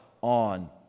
on